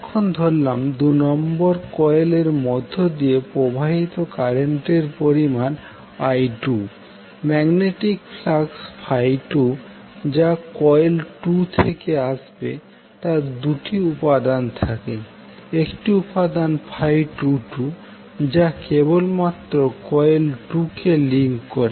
এখন ধরলাম দুনম্বর কয়েল এর মধ্য দিয়ে প্রবাহিত কারেন্টের পরিমাণ i2 ম্যাগনেটিক ফ্লাক্স 2 যা কয়েল 2 থেকে আসবে তার 2 টি উপাদান থাকে একটি উপাদান 22 যা কেবলমাত্র কয়েল 2কে লিংক করে